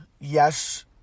yes